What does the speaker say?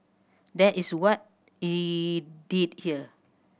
that is what did here